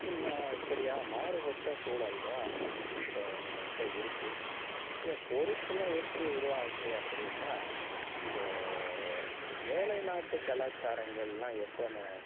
இன்னும் இப்படியாக மாறுப்பட்ட சூழல் தான் இப்போ நம்மகிட்ட இருக்குது பொறுப்பெலாம் எப்படி உருவாச்சு அப்படின்னா இந்த மேலை நாட்டு கலாச்சாரங்கலெலாம் எப்போன்னு